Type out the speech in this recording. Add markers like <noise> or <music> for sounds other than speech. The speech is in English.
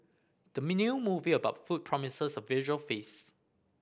the <unintelligible> movie about food promises a visual feast